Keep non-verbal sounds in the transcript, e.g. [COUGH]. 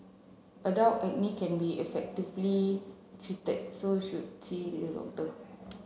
adult acne can be effectively treated so should [UNINTELLIGIBLE]